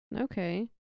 Okay